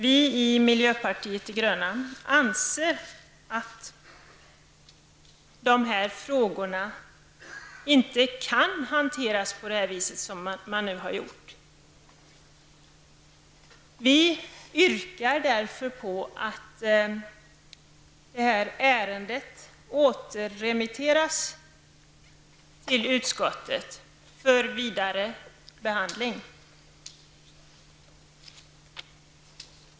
Vi i miljöpartiet de gröna anser att de här frågorna inte kan hanteras på det sättet som nu har skett. Vi yrkar därför på att detta ärende återremitteras till utskottet för vidare behandling.